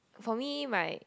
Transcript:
for me my